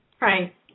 Right